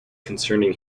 concerning